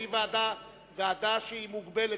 ועדה שהיא מוגבלת,